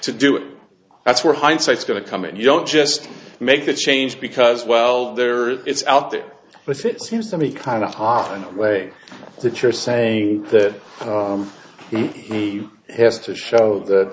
to do it that's where hindsight is going to come in you don't just make that change because well there is it's out there but it seems to me kind of hot on the way that you're saying that he has to show that